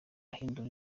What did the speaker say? ahindura